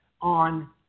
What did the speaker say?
on